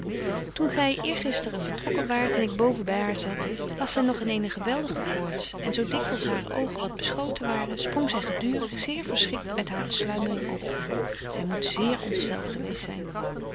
toen gy eergisteren vertrokken waart en ik boven by haar zat lag zy nog in eene geweldige koorts en zo dikwyls hare oogen wat beschoten waren sprong zy gedurig zeer verschrikt uit hare sluimering op zy moet zeer ontstelt geweest zyn